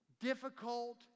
Difficult